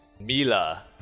Mila